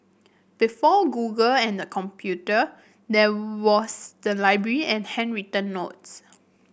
before Google and the computer there was the library and handwritten notes